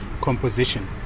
composition